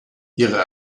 ihre